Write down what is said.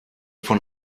von